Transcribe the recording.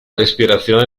respirazione